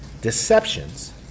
deceptions